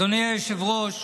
אדוני היושב-ראש,